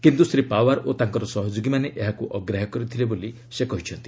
କିନ୍ତୁ ଶ୍ରୀ ପାୱାର ଓ ତାଙ୍କର ସହଯୋଗୀମାନେ ଏହାକୁ ଅଗ୍ରାହ୍ୟ କରିଥିଲେ ବୋଲି ସେ କହିଛନ୍ତି